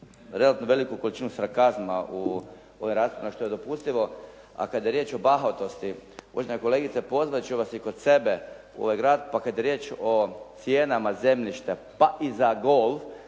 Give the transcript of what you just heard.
veliku količinu sarkazma u ovoj raspravi što je dopustilo, a kad je riječ o bahatosti uvažena kolegice pozvat ću vas i kod sebe u ovaj grad, pa kad je riječ o cijena zemljišta, pa i za golf,